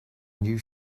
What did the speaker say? new